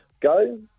go